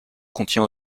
contient